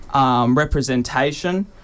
representation